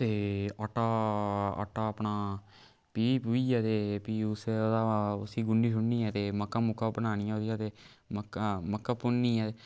ते आटा आटा अपना पीह् पुइयै ते फ्ही उसदा उसी गुन्नी शुन्नियै ऐ ते मक्कां मुक्कां बनानियां ओहदियां ते मक्कां मक्कां भुन्नियै ते